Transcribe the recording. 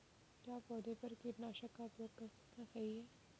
क्या पौधों पर कीटनाशक का उपयोग करना सही है?